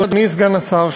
אדוני סגן השר,